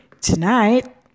Tonight